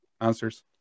answers